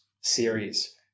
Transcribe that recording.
series